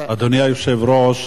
אדוני היושב-ראש,